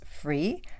free